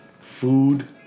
food